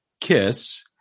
KISS